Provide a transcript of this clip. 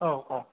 औ औ